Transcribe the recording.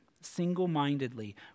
single-mindedly